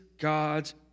God's